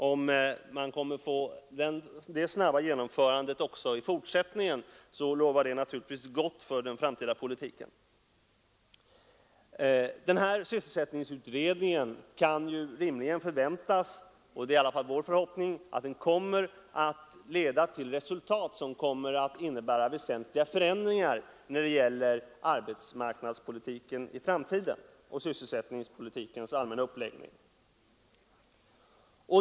Om man kommer att få det snabba genomförandet också i fortsättningen, så lovar det gott för den framtida politiken. Denna sysselsättningsutredning kan rimligen förväntas — det är i varje fall vår förhoppning — leda till resultat som kommer att innebära väsentliga förändringar när det gäller arbetsmarknadspolitiken i framtiden och när det gäller sysselsättningspolitikens allmänna uppläggning.